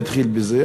שהתחיל בזה,